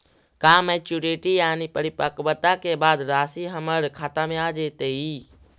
का मैच्यूरिटी यानी परिपक्वता के बाद रासि हमर खाता में आ जइतई?